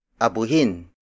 Abuhin